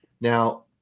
Now